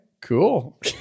cool